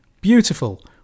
beautiful